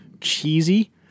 cheesy